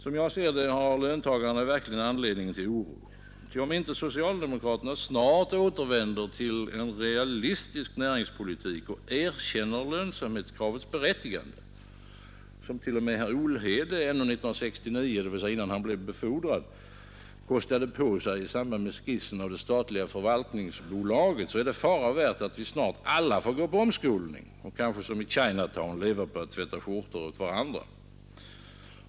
— Som jag ser det har löntagarna all anledning att känna oro. Ty om inte socialdemokratin snart återvänder till en realistisk näringspolitik och erkänner lönsamhetskravets berättigande, något som t.o.m. herr Olhede ännu 1969, dvs. innan han blev befordrad, kostade på sig i samband med skissen till det statliga förvaltningsbolaget, är det fara värt att vi snart alla får gå på omskolning och kanske som i Chinatown leva på att tvätta skjortor åt varandra.